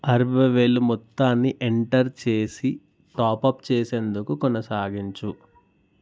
అరవై వేల మొత్తాన్ని ఎంటర్ చేసి టాపప్ చేసేందుకు కొనసాగించు